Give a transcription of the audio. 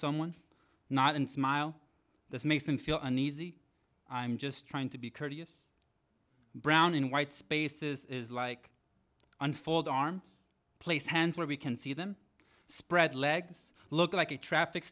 someone not and smile this makes them feel uneasy i'm just trying to be courteous brown in white spaces is like unfold arm place hands where we can see them spread legs look like a traffic